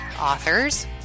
Authors